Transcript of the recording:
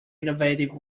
innovative